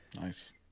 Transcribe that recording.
Nice